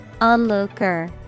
Onlooker